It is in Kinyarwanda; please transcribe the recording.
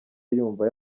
yumva